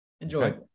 enjoy